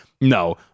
no